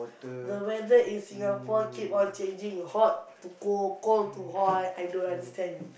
the weather in Singapore keep on changing hot to cold cold to hot I don't understand